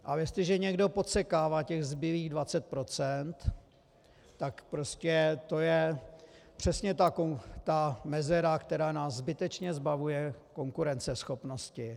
A jestliže někdo podsekává těch zbylých 20 %, tak to je přesně ta mezera, která nás zbytečně zbavuje konkurenceschopnosti.